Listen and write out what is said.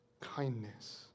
Kindness